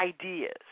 ideas